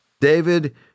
David